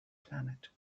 planet